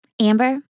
Amber